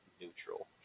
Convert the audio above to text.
neutral